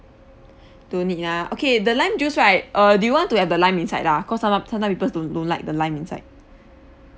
don't need ah okay the lime juice right uh do you want to have the lime inside ah cause sometime sometime people don't don't like the lime inside